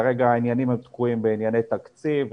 כרגע העניינים תקועים בענייני תקציב,